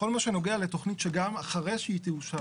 בכל מה שנוגע לתכנית שגם אחרי שהיא תאושר